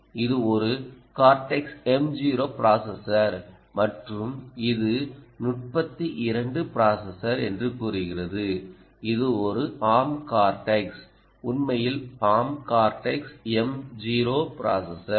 இது ஒரு cortex M0 processor மற்றும் இது 32 பிட் ப்ராசஸர் என்று கூறுகிறது இது ஒரு ஆர்ம் கார்டெக்ஸ் உண்மையில் ஆர்ம் கார்டெக்ஸ் M0 ப்ராசஸர்